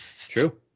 True